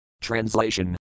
Translation